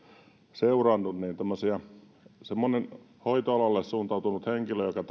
seurannut on semmoinen hoitoalalle suuntautunut henkilö joka